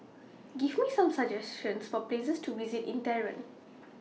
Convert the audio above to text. Give Me Some suggestions For Places to visit in Tehran